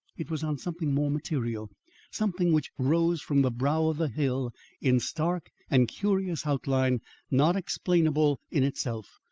it was on something more material something which rose from the brow of the hill in stark and curious outline not explainable in itself,